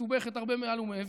מסובכת הרבה מעל ומעבר,